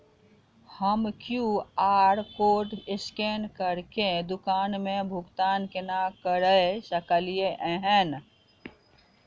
हम QR code scan करके दुकान मे भुगतान केना करऽ सकलिये एहन?